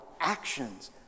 actions